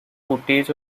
footage